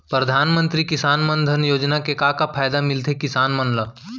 परधानमंतरी किसान मन धन योजना के का का फायदा मिलथे किसान मन ला?